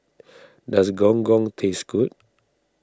does Gong Gong taste good